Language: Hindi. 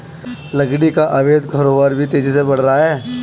लकड़ी का अवैध कारोबार भी तेजी से बढ़ रहा है